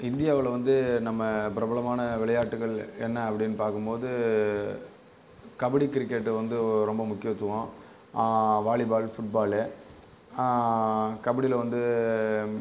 இந்தியாவில் வந்து நம்ம பிரபலமான விளையாட்டுகள் என்ன அப்படின்னு பார்க்கும் போது கபடி கிரிக்கெட் வந்து ரொம்ப முக்கியத்துவம் வாலிபால் ஃபுட்பால் கபடியில் வந்து